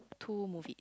two movie